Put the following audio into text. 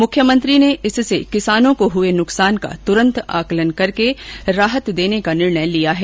मुख्यमंत्री ने इससे किसानों को हुए नुकसान का तुरन्त आकलन करके राहत देने का निर्णय लिया है